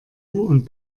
und